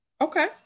Okay